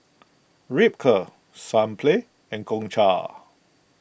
Ripcurl Sunplay and Gongcha